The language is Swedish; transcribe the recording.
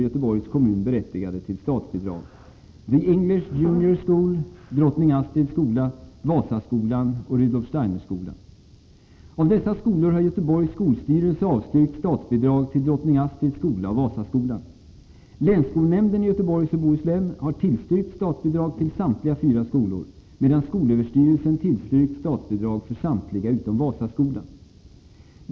Göteborgs skolstyrelse har avstyrkt statsbidrag till Drottning Astrids skola och Vasaskolan. Länsskolnämnden i Göteborgs och Bohus län har tillstyrkt statsbidrag till samtliga fyra skolor, medan skolöverstyrelsen tillstyrkt statsbidrag för samtliga utom Vasaskolan.